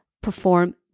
perform